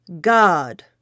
God